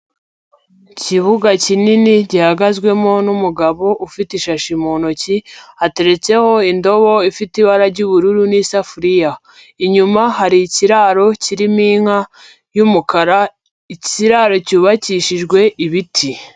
Ikibuga kinini gihagazwemo n'umugabo ufite ishashi mu ntoki, hateretseho indobo ifite ibara ry'ubururu n'isafuriya, inyuma hari ikiraro kirimo inka y'umukara, ikiraro cyubakishijwe ibiti.